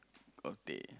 or teh